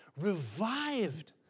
revived